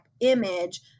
image